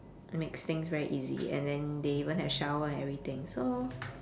makes things very easy and then they even have shower and everything so